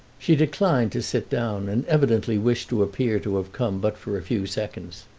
she declined to sit down, and evidently wished to appear to have come but for a few seconds.